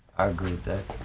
i agree with that.